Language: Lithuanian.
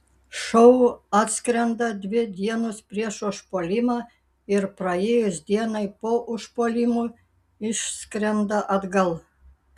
šou atskrenda dvi dienos prieš užpuolimą ir praėjus dienai po užpuolimo išskrenda atgal